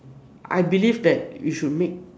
I believe that you should make